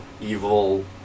Evil